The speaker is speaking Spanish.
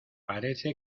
parece